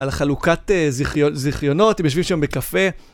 על החלוקת זכיונות, אם יושבים שם בקפה.